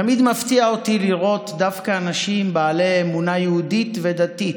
תמיד מפתיע אותי לראות דווקא אנשים בעלי אמונה יהודית ודתית,